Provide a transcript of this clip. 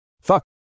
Fuck